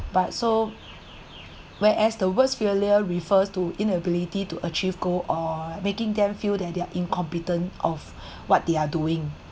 but so whereas the worst failure refers to inability to achieve goal or making them feel that their incompetent of what they are doing